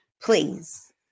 please